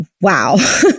wow